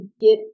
get